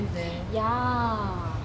ya